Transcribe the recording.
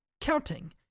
Counting